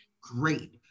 great